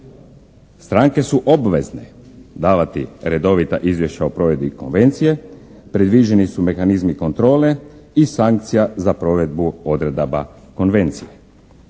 Stranke su obvezne davati redovita izvješća o provedbi konvencije, predviđeni su mehanizmi kontrole i sankcija za provedbu odredaba konvencije.